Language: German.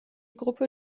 gruppe